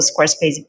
Squarespace